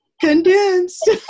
condensed